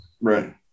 Right